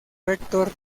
rector